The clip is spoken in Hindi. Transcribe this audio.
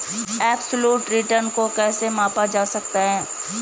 एबसोल्यूट रिटर्न को कैसे मापा जा सकता है?